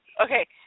Okay